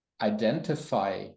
identify